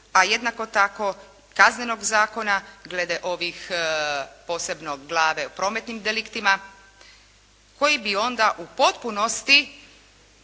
a jednako tako Kaznenog zakona glede posebno Glave o prometnim deliktima koji bi onda u potpunosti